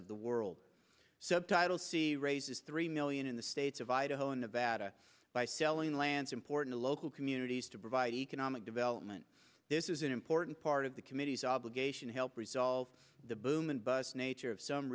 of the world title c raises three million in the states of idaho and nevada by selling lands important to local communities to provide economic development this is an important part of the committee's obligation to help resolve the boom and bust nature of some